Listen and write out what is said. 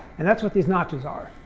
and that's what these notches are.